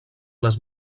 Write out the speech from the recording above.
les